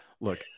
look